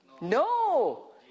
No